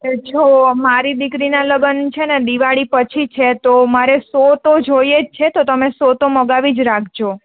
જો મારી દીકરીના લગ્ન છે ને દિવાળી પછી છે તો મારે સો તો જોઈએ છે તો તમે સો તો મગાવી રાખજો